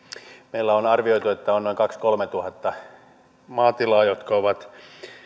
meillä on arvioitu että on noin kaksituhatta viiva kolmetuhatta maatilaa jotka ovat